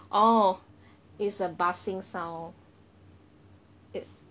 oh it's a buzzing sound it's